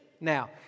Now